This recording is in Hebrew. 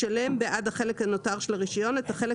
ישלם בעד החלק הנותר של הרישיון את החלק